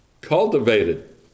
cultivated